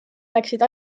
läksid